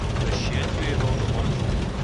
ar šiedvi yra autonomiškos